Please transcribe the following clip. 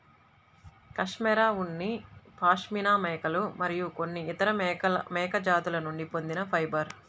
cashmere ఉన్ని పాష్మినా మేకలు మరియు కొన్ని ఇతర మేక జాతుల నుండి పొందిన ఫైబర్